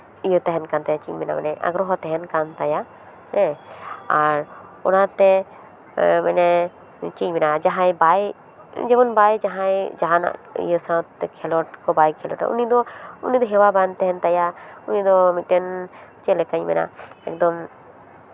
ᱤᱭᱟᱹ ᱛᱟᱦᱮᱱ ᱠᱟᱱ ᱛᱟᱭᱟ ᱪᱮᱫ ᱤᱧ ᱢᱮᱱᱟ ᱢᱟᱱᱮ ᱟᱜᱽᱨᱚᱦᱚᱸ ᱛᱟᱦᱮᱱ ᱠᱟᱱ ᱛᱟᱭᱟ ᱦᱮᱸ ᱟᱨ ᱚᱱᱟᱛᱮ ᱢᱟᱱᱮ ᱪᱮᱫ ᱤᱧ ᱢᱮᱱᱟ ᱡᱟᱦᱟᱸᱭ ᱵᱟᱭ ᱡᱮᱢᱚᱱ ᱵᱟᱭ ᱡᱟᱦᱟᱸᱭ ᱡᱟᱦᱟᱱᱟᱜ ᱤᱭᱟᱹ ᱥᱟᱶᱛᱮ ᱠᱷᱮᱞᱳᱰ ᱠᱚ ᱵᱟᱭ ᱠᱷᱮᱞᱳᱰᱟ ᱩᱱᱤ ᱫᱚ ᱦᱮᱣᱟ ᱵᱟᱝ ᱛᱟᱦᱮᱱ ᱛᱟᱭᱟ ᱩᱱᱤ ᱫᱚ ᱢᱤᱫᱴᱮᱱ ᱪᱮᱫ ᱞᱮᱠᱟᱧ ᱢᱮᱱᱟ ᱮᱠᱫᱚᱢ